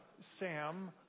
Sam